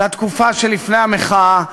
לתקופה שלפני המחאה,